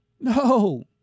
no